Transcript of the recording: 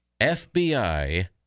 FBI